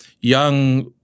young